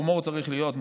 הומור צריך להיות,